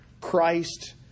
Christ